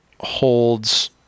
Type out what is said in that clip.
holds